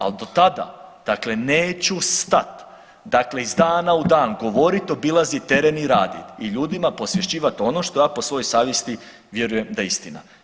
Ali do tada dakle neću stati, dakle iz dana u dan govorit, obilazit teren i raditi i ljudima posvješćivat ono što ja po svojoj savjesti vjerujem da je istina.